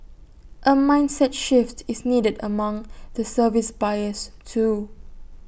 A mindset shift is needed among the service buyers too